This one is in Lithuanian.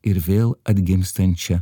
ir vėl atgimstančią